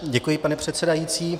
Děkuji, pane předsedající.